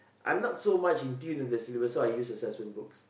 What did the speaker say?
I'm not so much in tune with the syllabus so I use assessment books